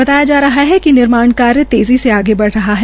बताया जा रहा है कि निर्माण कार्य तेज़ी से आगे बढ़ रहा है